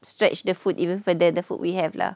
stretch the food even further the food we have lah